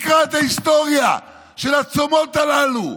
תקרא את ההיסטוריה של הצומות הללו,